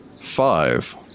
five